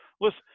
Listen